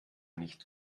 nicht